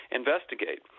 investigate